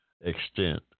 extent